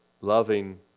Loving